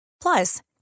Plus